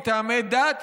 מטעמי דת,